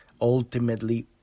Ultimately